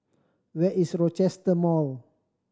where is Rochester Mall